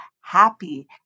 happy